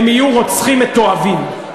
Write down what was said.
הם יהיו רוצחים מתועבים.